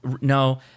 No